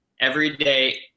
everyday